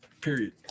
period